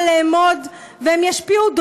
והן ישפיעו,